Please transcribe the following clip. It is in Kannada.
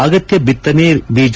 ಅಗತ್ಯ ಬಿತ್ತನೆ ಬೀಜ